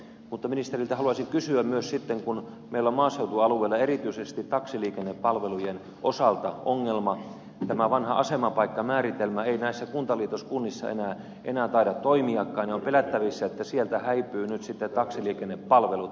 mutta ministeriltä haluaisin kysyä myös sitten kun meillä on maaseutualueella erityisesti taksiliikennepalvelujen osalta se ongelma että tämä vanha asemapaikkamääritelmä ei näissä kuntaliitoskunnissa enää taida toimiakaan ja on pelättävissä että sieltä häipyvät nyt sitten taksiliikennepalvelut